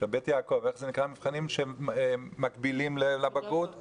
בבית יעקב, לא יקבלו אותם.